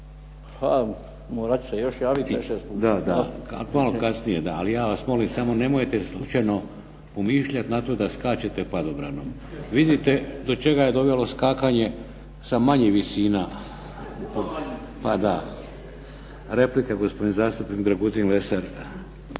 šest puta. **Šeks, Vladimir (HDZ)** Da, da, ali malo kasnije. Ali ja vas molim samo nemojte slučajno pomišljat na to da skačete padobranom. Vidite do čega je dovelo skakanje sa manjih visina. Replika, gospodin zastupnik Dragutin Lesar.